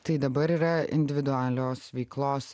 tai dabar yra individualios veiklos